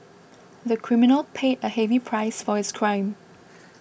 the criminal paid a heavy price for his crime